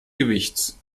gewichts